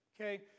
okay